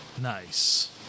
Nice